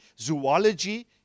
zoology